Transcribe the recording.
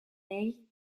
leigh